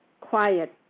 quiet